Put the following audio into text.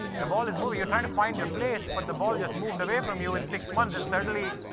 the ball is moving. you're trying to find your place, but the ball just moved away from you in six months. and suddenly